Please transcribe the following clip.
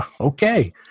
okay